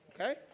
Okay